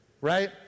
right